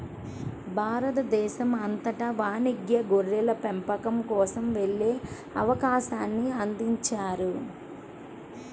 భారతదేశం అంతటా వాణిజ్య గొర్రెల పెంపకం కోసం వెళ్ళే అవకాశాన్ని అందించారు